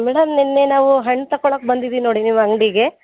madam ನಿನ್ನೆ ನಾವು ಹಣ್ಣು ತಕೊಳಕ್ಕೆ ಬಂದಿದೀವಿ ನೋಡಿ ನಿಮ್ಮ ಅಂಗಡಿಗೆ